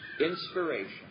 inspiration